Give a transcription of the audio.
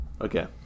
Okay